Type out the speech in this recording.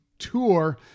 Tour